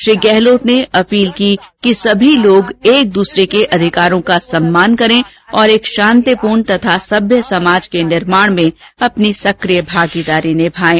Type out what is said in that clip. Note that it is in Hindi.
श्री गहलोत ने अपील की कि सभी लोग एक दूसरे के अधिकारों का सम्मान करें और एक शांतिपूर्ण तथा सभ्य समाज के निर्माण में अपनी सक्रिय भागीदारी निभाएं